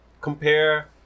compare